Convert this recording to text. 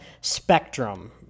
spectrum